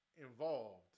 involved